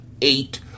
eight